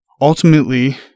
ultimately